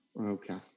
okay